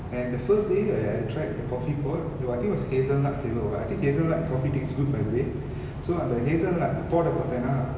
and the first day that I tried coffee pot no I think it was hazelnut flavour or what I think hazelnut coffee tastes good by the way so அந்த:antha hazelnut pot ah பாத்தனா:pathana